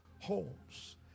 homes